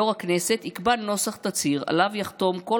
יבוא "יו"ר הכנסת יקבע נוסח תצהיר שעליו יחתום כל